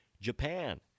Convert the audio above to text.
Japan